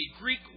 Greek